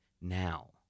now